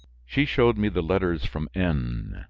she showed me the letters from n,